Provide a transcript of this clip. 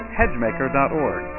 hedgemaker.org